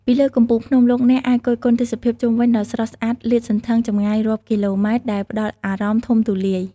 ពីលើកំពូលភ្នំ លោកអ្នកអាចគយគន់ទេសភាពជុំវិញដ៏ស្រស់ស្អាតលាតសន្ធឹងចម្ងាយរាប់គីឡូម៉ែត្រដែលផ្តល់អារម្មណ៍ធំទូលាយ។